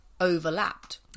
overlapped